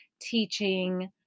teaching